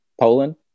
Poland